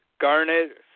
Garnet